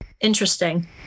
Interesting